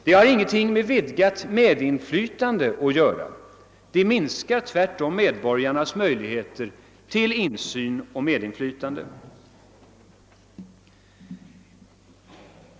Det har ingenting med vidgat medinflytande att göra; tvärtom minskar det medborgarnas möjligheter till insyn och medinflytande.